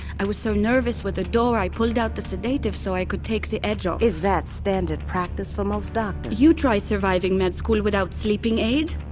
i was so nervous with the door, i pulled out the sedative so i could take the edge off is that standard practice for most doctors? you try surviving med school without sleeping aid